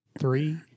Three